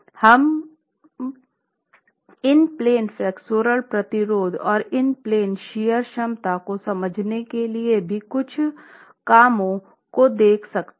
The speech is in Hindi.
और हम इन प्लेन फ्लेक्सुरल प्रतिरोध और इन प्लेन शीयर क्षमता को समझने के लिए भी कुछ कामों को देख सकते हैं